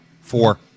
four